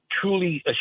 truly